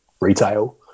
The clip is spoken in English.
retail